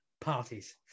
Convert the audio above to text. parties